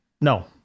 No